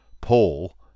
Paul